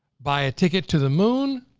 buy a ticket to the moon.